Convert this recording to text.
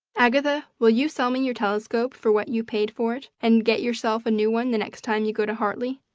agatha, will you sell me your telescope for what you paid for it, and get yourself a new one the next time you go to hartley?